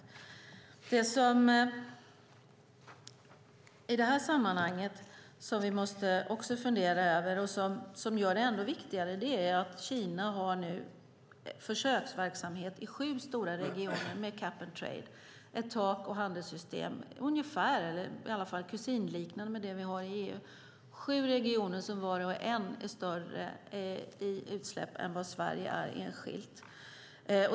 Något som vi också måste fundera över i det här sammanhanget och gör det ändå viktigare är att Kina nu har försöksverksamhet i sju stora regioner med Cap and Trade. Det är ett handelssystem med tak som i varje fall är kusinliknande med det vi har i EU. Det är sju regioner som var och en är större i utsläpp än vad Sverige är enskilt.